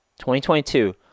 2022